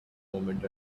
movement